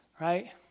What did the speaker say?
right